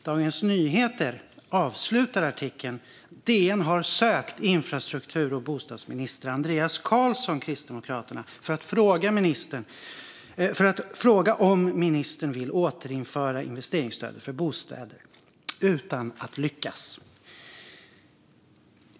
Dagens Nyheter avslutar artikeln med att man har sökt infrastruktur och bostadsminister Andreas Carlson för att fråga om ministern vill återinföra investeringsstödet för bostäder, utan att lyckas.